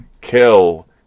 kill